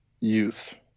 youth